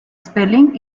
spelling